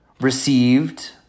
received